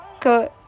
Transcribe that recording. good